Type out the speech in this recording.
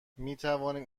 میتوانیم